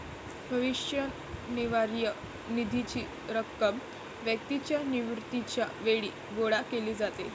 भविष्य निर्वाह निधीची रक्कम व्यक्तीच्या निवृत्तीच्या वेळी गोळा केली जाते